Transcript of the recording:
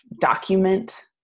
document